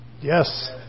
Yes